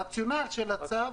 הרציונל של הצו,